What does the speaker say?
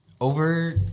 Over